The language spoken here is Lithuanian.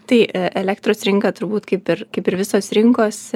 tai elektros rinka turbūt kaip ir kaip ir visos rinkos